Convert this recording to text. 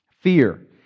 Fear